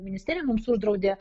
ministerija mums uždraudė